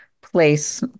place